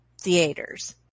theaters